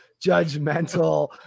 judgmental